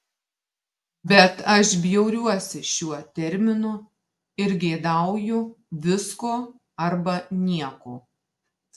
bet aš bjauriuosi šiuo terminu ir geidauju visko arba nieko